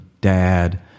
dad